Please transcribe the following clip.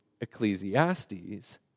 Ecclesiastes